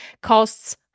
costs